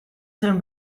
zen